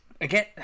Again